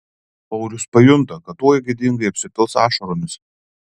paulius pajunta kad tuoj gėdingai apsipils ašaromis